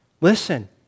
Listen